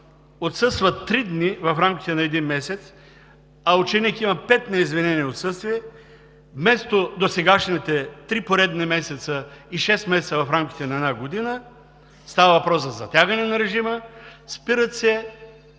отсъства три дни в рамките на един месец, а ученик има пет неизвинени отсъствия, вместо досегашните три поредни месеца и шест месеца в рамките на една година, става въпрос за затягане на режима – спират се